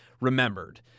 Remembered